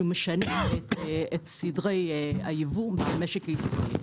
שהוא משנה את סדרי הייבוא במשק הישראלי.